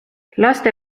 laste